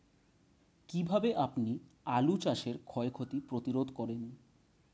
কীভাবে আপনি আলু চাষের ক্ষয় ক্ষতি প্রতিরোধ করেন?